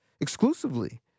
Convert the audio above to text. exclusively